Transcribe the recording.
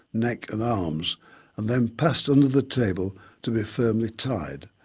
neck and arms and then passed under the table to be firmly tied.